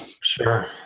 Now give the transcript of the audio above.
Sure